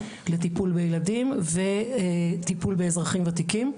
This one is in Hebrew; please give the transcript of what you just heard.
לטיפול בילדים ולטיפול באזרחים ותיקים.